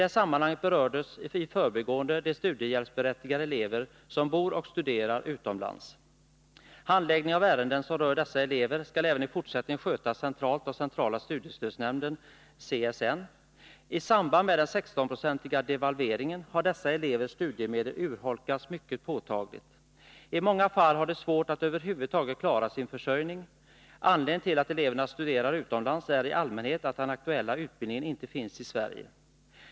det sammanhanget berörs i förbigående de studiehjälpsberättigade elever som bor och studerar utomlands. Handläggningen av ärenden som rör dessa elever skall även i fortsättningen skötas centralt av centrala studiestödsnämnden . I samband med den 16-procentiga devalveringen har dessa elevers studiemedel urholkats mycket påtagligt. I många fall har de svårt att över huvud taget klara sin försörjning. Anledningen till att eleverna studerar utomlands är i allmänhet att den aktuella utbildningen inte finns i Sverige.